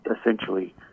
essentially